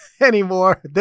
anymore